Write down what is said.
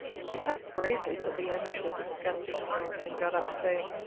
she talked bravely till the end of the disgusting meal, and then got up saying,